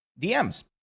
DMs